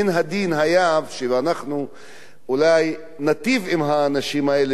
מן הדין היה שאנחנו אולי ניטיב עם האנשים האלה,